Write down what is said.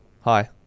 Hi